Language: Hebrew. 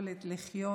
היכולת לחיות